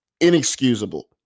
inexcusable